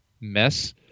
mess